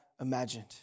imagined